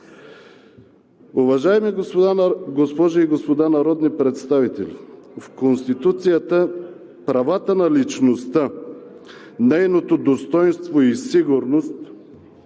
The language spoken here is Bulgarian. Уважаеми госпожи и господа народни представители, в Конституцията правата на личността, нейното достойнство и сигурност